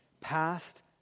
past